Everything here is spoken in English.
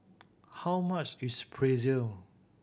how much is Pretzel